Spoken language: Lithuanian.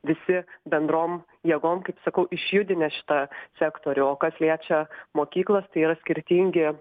visi bendrom jėgom kaip sakau išjudinę šitą sektorių o kas liečia mokyklas tai yra skirtingi